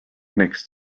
next